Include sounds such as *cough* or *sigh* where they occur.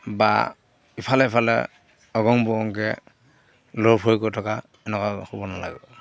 বা ইফালে ইফালে *unintelligible* কৰি থকা এনেকুৱা হ'ব নালাগে